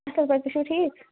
اَصٕل پٲٹھۍ تُہۍ چھُوا ٹھیٖک